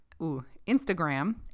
Instagram